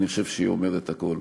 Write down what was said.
אני חושב שהיא אומרת הכול.